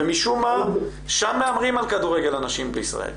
משום מה שם מהמרים על כדורגל הנשים בישראל.